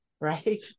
right